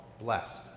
blessed